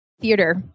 Theater